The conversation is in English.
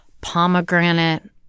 pomegranate